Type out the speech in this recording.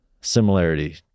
similarity